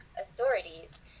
authorities